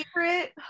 favorite